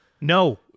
No